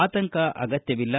ಆತಂಕ ಅಗತ್ಯವಿಲ್ಲ